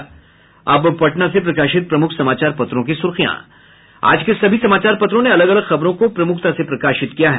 अब पटना से प्रकाशित प्रमुख समाचार पत्रों की सुर्खियां आज के सभी समाचार पत्रों ने अलग अलग खबरों को प्रमुखता से प्रकाशित किया है